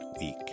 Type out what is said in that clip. week